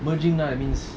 merging nah